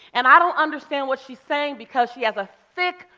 and i don't understand what she's saying because she has a thick,